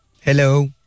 Hello